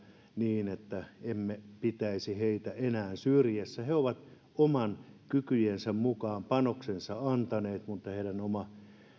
niin että emme pitäisi heitä enää syrjässä he ovat omien kykyjensä mukaan panoksensa antaneet mutta heidän